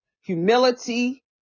humility